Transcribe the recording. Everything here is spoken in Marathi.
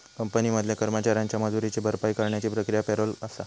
कंपनी मधल्या कर्मचाऱ्यांच्या मजुरीची भरपाई करण्याची प्रक्रिया पॅरोल आसा